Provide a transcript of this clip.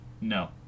No